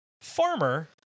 Farmer